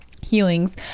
healings